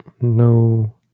no